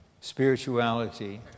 spirituality